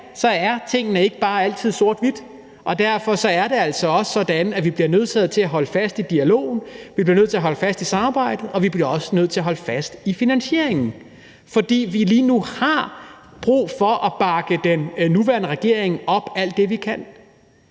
så er tingene ikke altid bare sorte eller hvide. Derfor er det altså også sådan, at vi bliver nødsaget til at holde fast i dialogen, vi bliver nødt til at holde fast i samarbejdet, og vi bliver også nødt til at holde fast i finansieringen, fordi vi lige nu har brug for at bakke den nuværende regering op alt det, vi kan.